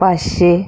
पाचशे